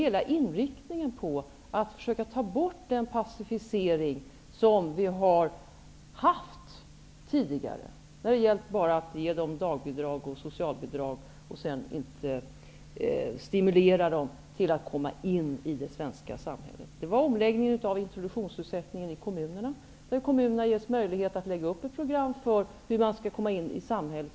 Tidigare har det gällt att ge dem dagbidrag och socialbidrag och sedan inte stimulera dem till att komma in i det svenska samhället. Nu ändras detta genom omläggningen av introduktionsersättningen i kommunerna, där kommunerna givits möjlighet att lägga upp ett program för hur de som nyligen har fått tillstånd skall komma in i samhället.